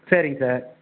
சரிங்க சார்